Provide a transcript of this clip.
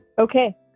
Okay